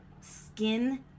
skin